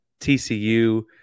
TCU